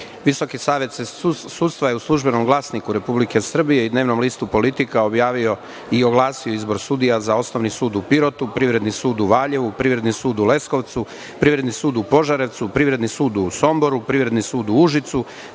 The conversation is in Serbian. godine. Visoki savet sudstva je u „Službenom glasniku Republike Srbije“ i dnevnom listu „Politika“ objavio i oglasio izbor sudija za Osnovni sud u Pirotu, Privredni sud u Valjevu, Privredni sud u Leskovcu, Privredni sud u Požarevcu, Privredni sud u Somboru, Privredni sud u Užicu,